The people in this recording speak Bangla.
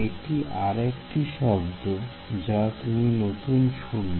এটি আরেকটি শব্দ যা তুমি শুনবে